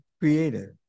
creative